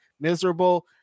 miserable